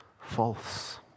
false